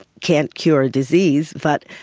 can't cure ah disease but,